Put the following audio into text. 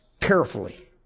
carefully